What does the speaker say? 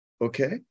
okay